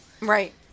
Right